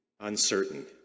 uncertain